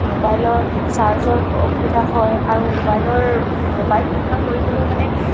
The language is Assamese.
মোবাইলৰ চাৰ্জৰ অসুবিধা হয় আৰু মোবাইলৰ মোবাইল ব্যৱহাৰ কৰিবলৈও মানে